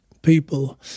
People